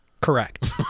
Correct